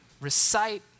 recite